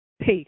Peace